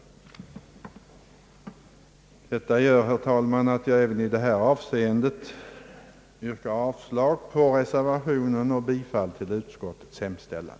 Med hänsyn härtill, herr talman, yrkar jag även i detta avseende avslag på reservationen och bifall till utskottets hemställan.